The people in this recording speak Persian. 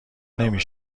نمی